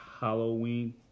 Halloween